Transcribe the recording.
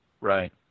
right